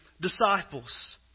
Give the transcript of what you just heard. disciples